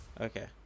Okay